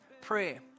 pray